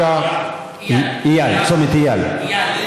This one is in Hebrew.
אייל, אייל, אייל.